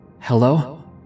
Hello